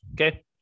okay